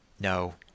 No